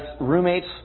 roommates